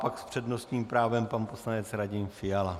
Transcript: Pak s přednostním právem pan poslanec Radim Fiala.